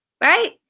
right